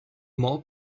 more